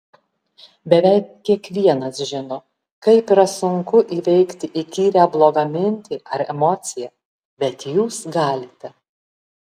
beveik kiekvienas žino kaip yra sunku įveikti įkyrią blogą mintį ar emociją bet jūs galite